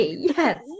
yes